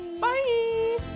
Bye